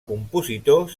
compositor